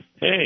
Hey